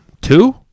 Two